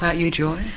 ah you joy.